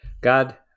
God